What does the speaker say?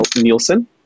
Nielsen